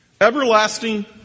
everlasting